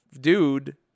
dude